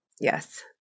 Yes